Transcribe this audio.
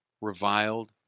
reviled